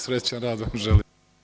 Srećan rad vam želim.